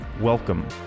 Welcome